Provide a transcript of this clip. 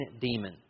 demon